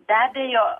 be abejo